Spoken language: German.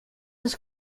das